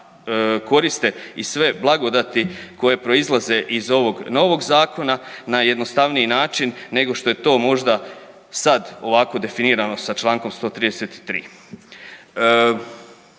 koriste i sve blagodati koje proizlaze iz ovog novog zakona na jednostavniji način nego što je to možda sad ovako definirano sa čl. 133.